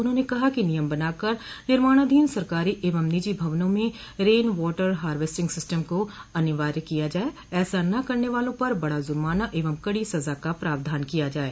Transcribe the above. उन्होंने कहा कि नियम बनाकर निर्माणाधीन सरकारी एवं निजी भवनों में रेन वॉटर हार्वेस्टिग सिस्टम को अनिर्वाय किया जाये ऐसा न करने वालों पर बड़ा जुर्माना एवं कड़ी सजा का प्रावधान किया जाये